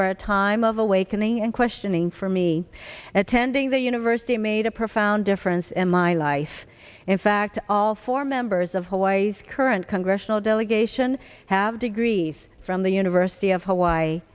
were a time of awakening and questioning for me at tending the university made a profound difference in my life in fact all four members of hawaii's current congressional delegation have degrees from the university of hawaii